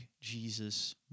Jesus